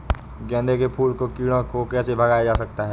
गेंदे के फूल से कीड़ों को कैसे भगाया जा सकता है?